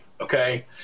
okay